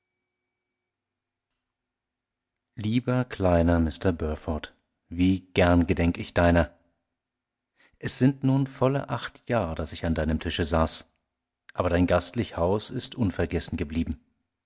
lieber kleiner mr burford wie gern gedenk ich deiner es sind nun volle acht jahr daß ich an deinem tische saß aber dein gastlich haus ist unvergessen geblieben